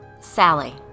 Sally